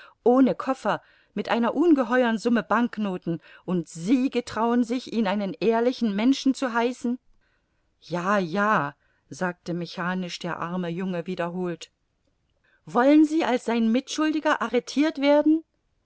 ohne koffer mit einer ungeheuern summe banknoten und sie getrauen sich ihn einen ehrlichen menschen zu heißen ja ja sagte mechanisch der arme junge wiederholt wollen sie als sein mitschuldiger arretirt werden